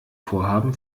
vorhaben